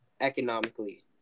economically